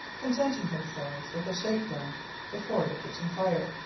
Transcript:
contenting themselves with a shakedown before the kitchen fire.